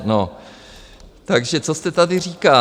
No, takže co jste tady říkal?